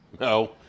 No